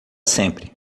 sempre